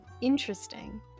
Interesting